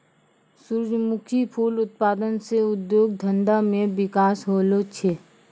सुरजमुखी फूल उत्पादन से उद्योग धंधा मे बिकास होलो छै